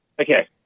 Okay